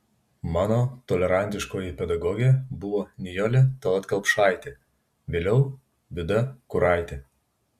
mano tolerantiškoji pedagogė buvo nijolė tallat kelpšaitė vėliau vida kuraitė